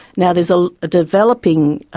now there's a developing